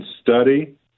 Study